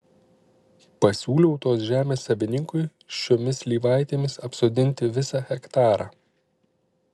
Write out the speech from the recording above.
pasiūliau tos žemės savininkui šiomis slyvaitėmis apsodinti visą hektarą